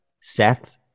Seth